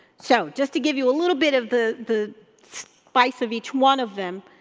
so, just to give you a little bit of the the spice of each one of them,